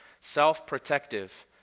self-protective